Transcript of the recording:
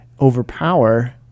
overpower